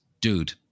dude